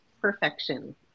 perfection